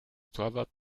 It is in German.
torwart